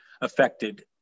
affected